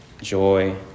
joy